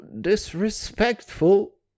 disrespectful